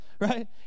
right